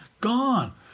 gone